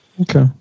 Okay